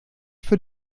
für